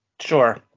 sure